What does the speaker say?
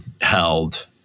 held